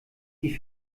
die